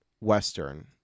Western